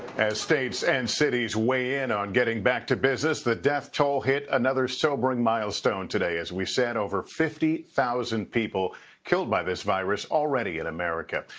as states and cities weigh in on getting back to business, the death toll hit another sobering milestone today. as we said, over fifty thousand people killed by this virus already in america.